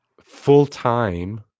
full-time